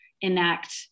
enact